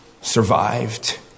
survived